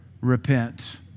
repent